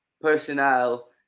personnel